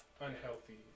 Unhealthy